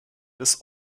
des